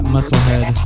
Musclehead